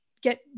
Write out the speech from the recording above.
get